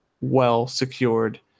well-secured